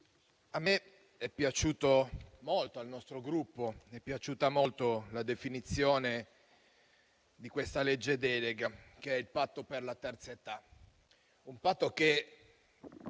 e colleghi, a me e al nostro Gruppo è piaciuta molto la definizione di questa legge delega, che è il patto per la terza età; un patto che